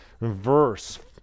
verse